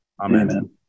Amen